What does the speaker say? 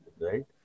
Right